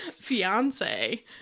fiance